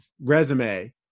resume